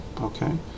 Okay